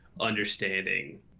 Understanding